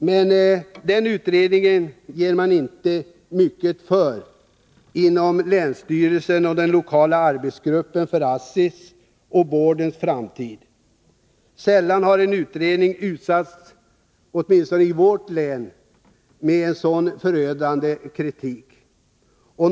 Men den utredningen ger man inte mycket för inom länsstyrelsen och den lokala arbetsgruppen för ASSI:s och boardens framtid. Sällan har en utredning — åtminstone i vårt län — utsatts för så förödande kritik.